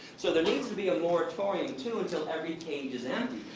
so there needs to be a moratorium, too, until every cage is empty.